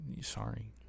sorry